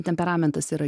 temperamentas yra